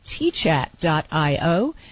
tchat.io